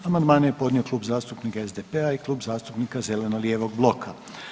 Amandmane je podnio Klub zastupnika SDP-a i Klub zastupnika zeleno-lijevog bloka.